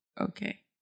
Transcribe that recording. Okay